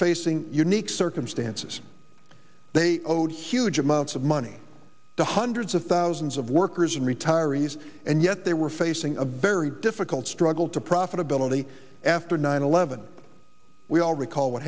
facing unique circumstances they owed huge amounts of money to hundreds of thousands of workers and retirees and yet they were facing a very difficult struggle to profitability after nine eleven we all recall what